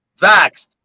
vaxxed